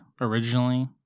originally